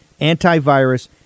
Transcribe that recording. antivirus